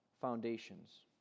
foundations